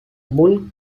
bull